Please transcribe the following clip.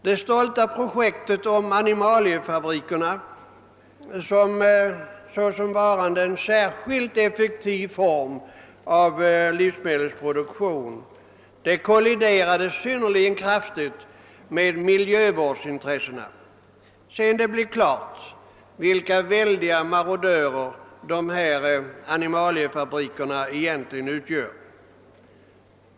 Det stolta projektet med animaliefabrikerna såsom varande en särskilt effektiv form av livsmedelsproduktion kolliderade synnerligen kraftigt med miljövårdsintressena, sedan det blev klart vilka väldiga marodörer dessa animaliefabriker egentligen är.